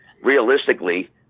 realistically